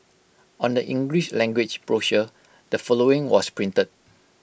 on the English language brochure the following was printed